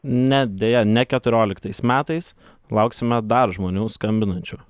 ne deja ne keturioliktais metais lauksime dar žmonių skambinančių